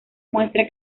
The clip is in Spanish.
muestra